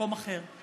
למקום קצת אחר.